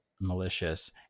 malicious